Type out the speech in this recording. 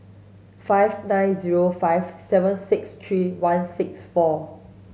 five nine zero five seven six three one six four